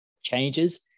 changes